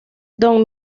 don